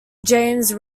james